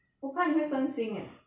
我怕你会分心 eh